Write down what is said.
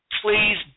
Please